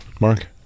mark